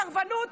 סרבנות.